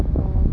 mmhmm